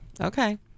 okay